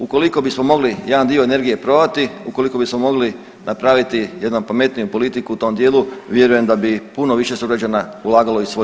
Ukoliko bismo mogli jedan dio energije prodati, ukoliko bismo mogli napraviti jednu pametniju politiku u tom dijelu vjerujem da bi puno više sugrađana ulagalo i svoj novac.